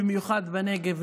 במיוחד בנגב,